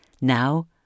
now